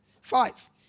Five